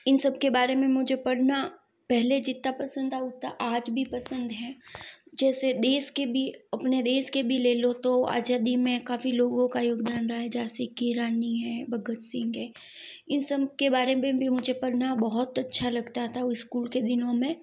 इन सबके बारे में मुझे पढ़ना पहले जितना पसंद था उतना आज भी पसंद है जैसे देश के भी अपने देश के भी ले लो तो आजादी में काफ़ी लोगों का योगदान रहा है झाँसी की रानी है भगत सिंह है इन सब के बारे में भी मुझे पढ़ना बहुत अच्छा लगता था वो स्कूल के दिनों में